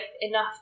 enough